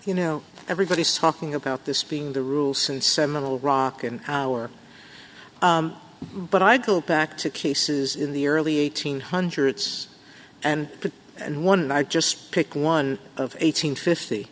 you know everybody's talking about this being the rules and seminal rock and our but i go back to cases in the early eighteen hundreds and and one and i just pick one of eight